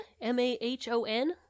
M-A-H-O-N